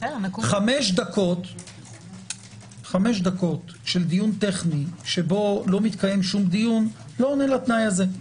חמש דקות של דיון טכני שבו לא מתקיים שום דיון לא עונה לתנאי הזה.